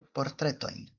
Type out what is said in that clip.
portretojn